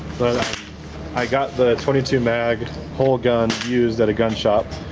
but i got the twenty two mag whole gun used at gun shop.